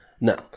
No